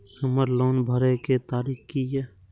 हमर लोन भरय के तारीख की ये?